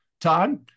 Todd